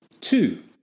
Two